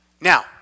Now